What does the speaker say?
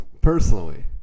Personally